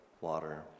water